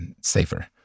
safer